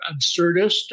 absurdist